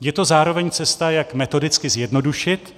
Je to zároveň cesta, jak metodicky zjednodušit